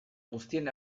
guztien